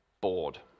bored